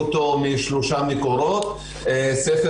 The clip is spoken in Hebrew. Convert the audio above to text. שלושה מוסדות.